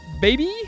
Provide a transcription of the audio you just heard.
baby